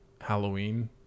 Halloween